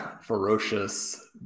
ferocious